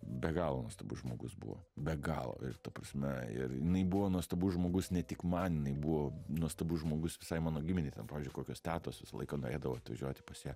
be galo nuostabus žmogus buvo be galo ir ta prasme ir jinai buvo nuostabus žmogus ne tik man jinai buvo nuostabus žmogus visai mano giminei ten pavyzdžiui kokios tetos visą laiką norėdavo atvažiuoti pas ją